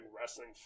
wrestling